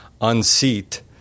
unseat